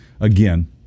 again